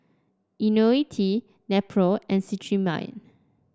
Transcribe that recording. IoniL T Nepro and Cetrimide